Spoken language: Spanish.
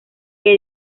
que